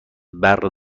برق